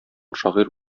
шагыйрь